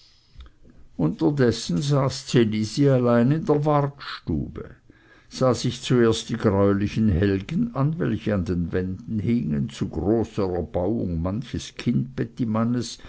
unterdessen saß ds elisi alleine in der wartstube sah sich zuerst die greulichen helgen an welche an den wänden hingen zu großer erbauung manches